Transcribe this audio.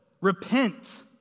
Repent